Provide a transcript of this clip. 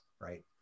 right